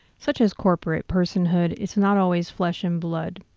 such as corporate personhood, it's not always flesh and blood.